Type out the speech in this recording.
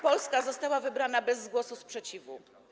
Polska została wybrana bez głosu sprzeciwu.